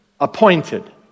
appointed